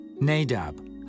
Nadab